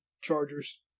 Chargers